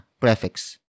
prefix